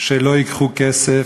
שלא ייקחו כסף,